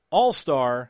All-Star